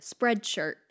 Spreadshirt